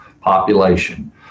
population